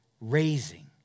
raising